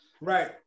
Right